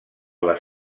les